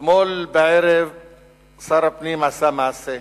אתמול בערב שר הפנים עשה מעשה,